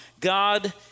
God